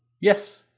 Yes